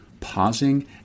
Pausing